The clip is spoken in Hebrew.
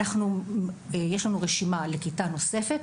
יש לנו רשימה לכיתה נוספת,